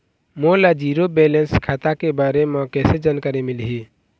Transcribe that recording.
मोला zero balance खाता के बारे म कैसे जानकारी मिलही?